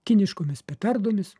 kiniškomis petardomis